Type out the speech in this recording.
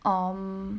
um